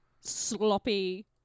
sloppy